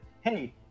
hey